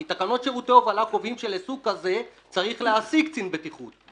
כי תקנות שירותי הובלה קובעות שלסוג כזה צריך להעסיק קצין בטיחות.